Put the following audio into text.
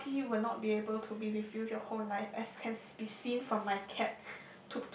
a puppy will not be able to be with you your whole life as can be seen from my cat